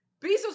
Bezos